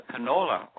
canola